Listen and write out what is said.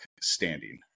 standing